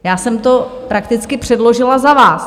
Já jsem to prakticky předložila za vás.